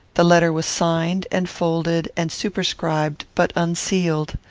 the letter was signed, and folded, and superscribed, but unsealed.